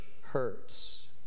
hurts